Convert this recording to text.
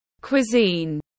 cuisine